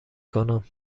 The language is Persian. کنم